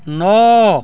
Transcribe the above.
ନଅ